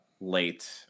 late